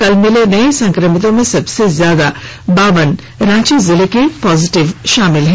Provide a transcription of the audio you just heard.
कल मिले नए संक्रमितों में सबसे ज्यादा बावन रांची जिले के पॉजिटिव शामिल हैं